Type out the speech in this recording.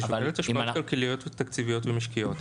היא שוקלת השפעות כלכליות, ותקציביות ומשקיות.